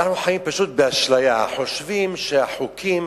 אנחנו חיים פשוט באשליה, חושבים שהחוקים